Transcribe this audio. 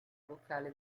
vocale